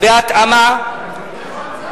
כמה מכות יש?